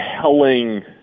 telling